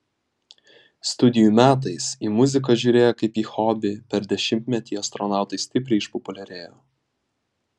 studijų metais į muziką žiūrėję kaip į hobį per dešimtmetį astronautai stipriai išpopuliarėjo